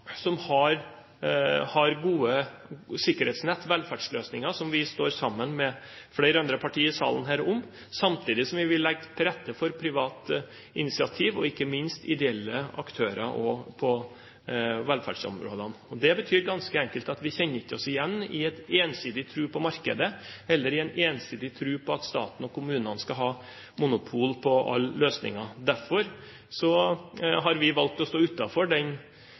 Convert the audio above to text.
stat som har gode sikkerhetsnett, velferdsløsninger som vi står sammen med flere andre partier her i salen om, samtidig som vi vil legge til rette for privat initiativ og ikke minst ideelle aktører også på velferdsområdene. Det betyr ganske enkelt at vi ikke kjenner oss igjen i en ensidig tro på markedet, eller i en ensidig tro på at staten og kommunene skal ha monopol på alle løsninger. Derfor har vi i innstillingen valgt å stå utenfor den